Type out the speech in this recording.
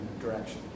direction